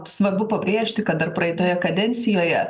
svarbu pabrėžti kad dar praeitoje kadencijoje